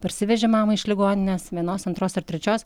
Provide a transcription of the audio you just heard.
parsivežėm mamą iš ligoninės vienos antros ar trečios